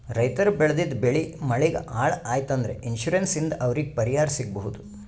ರೈತರ್ ಬೆಳೆದಿದ್ದ್ ಬೆಳಿ ಮಳಿಗ್ ಹಾಳ್ ಆಯ್ತ್ ಅಂದ್ರ ಇನ್ಶೂರೆನ್ಸ್ ಇಂದ್ ಅವ್ರಿಗ್ ಪರಿಹಾರ್ ಸಿಗ್ಬಹುದ್